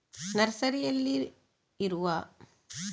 ನರ್ಸರಿನಲ್ಲಿ ಇರುವ ಹಣ್ಣಿನ ಗಿಡ ತಂದು ನೆಟ್ರೆ ಎಷ್ಟು ಬೇಗ ಫಲ ಕೊಡ್ತದೆ